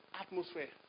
atmosphere